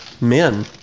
Men